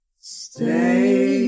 stay